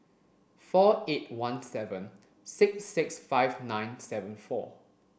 four eight one seven six six five nine seven four